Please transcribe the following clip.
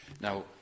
Now